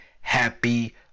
happy